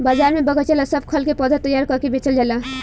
बाजार में बगएचा ला सब खल के पौधा तैयार क के बेचल जाला